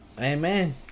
amen